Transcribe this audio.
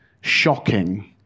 shocking